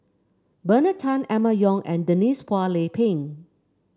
Bernard Tan Emma Yong and Denise Phua Lay Peng